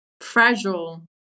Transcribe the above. fragile